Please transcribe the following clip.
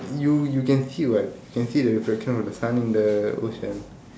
you you can see what you can see the reflection of the sun in the ocean